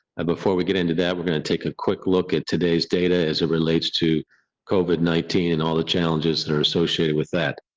before we get into that, we're gonna take a quick look at today's data as it relates to covert nineteen and all the challenges their associated with that.